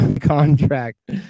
contract